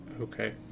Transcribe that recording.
Okay